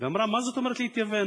ואמרה: מה זאת אומרת להתייוון?